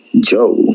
Joe